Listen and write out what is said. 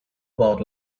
about